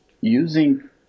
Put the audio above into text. using